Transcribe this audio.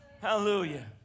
Hallelujah